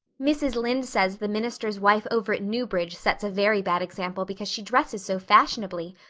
mrs. lynde says the minister's wife over at newbridge sets a very bad example because she dresses so fashionably.